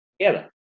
together